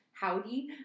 howdy